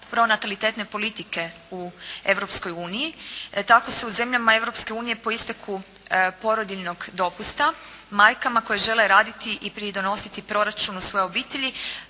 pornalitetne politike u Europskoj uniji. Tako se u zemljama Europske unije po isteku porodiljinog dopusta, majkama koje žele raditi i pridonositi proračunu svoje obitelji